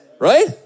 Right